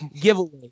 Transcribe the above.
giveaway